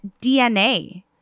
DNA